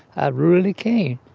i really can't.